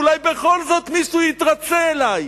אולי בכל זאת מישהו יתרצה לי.